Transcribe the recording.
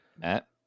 Matt